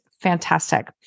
fantastic